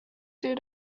due